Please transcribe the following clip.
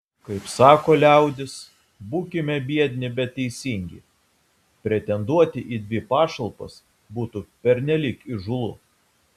kaip sako liaudis būkime biedni bet teisingi pretenduoti į dvi pašalpas būtų pernelyg įžūlu